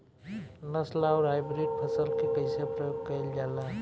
नस्ल आउर हाइब्रिड फसल के कइसे प्रयोग कइल जाला?